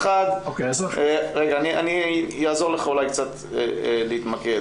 אני אעזור לך להתמקד.